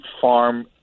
farm